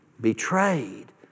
Betrayed